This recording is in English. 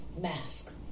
mask